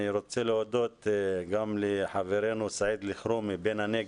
אני רוצה להודות גם לחברינו סעיד אלחרומי בן הנגב,